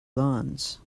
lawns